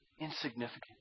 insignificant